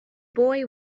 boy